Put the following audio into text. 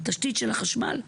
-- התשתית של החשמל,